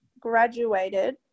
graduated